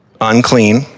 unclean